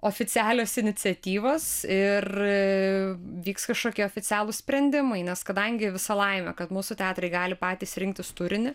oficialios iniciatyvos ir vyks kažkokie oficialūs sprendimai nes kadangi visa laimė kad mūsų teatrai gali patys rinktis turinį